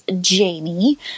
Jamie